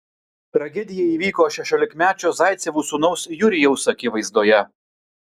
tragedija įvyko šešiolikmečio zaicevų sūnaus jurijaus akivaizdoje